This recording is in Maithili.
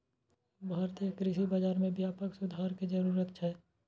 भारतीय कृषि बाजार मे व्यापक सुधार के जरूरत छै